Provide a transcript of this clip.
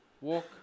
walk